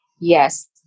yes